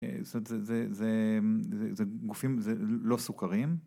זה גופים לא סוכרים